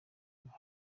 reba